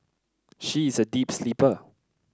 she is a deep sleeper